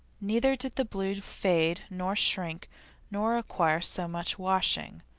neither did the blue fade nor shrink nor require so much washing,